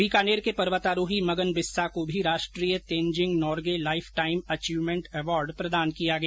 बीकानेर के पर्वतारोही मगन बिस्सा को भी राष्ट्रीय Tenzing Norgay lifetime achievement award प्रदान किया गया